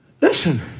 listen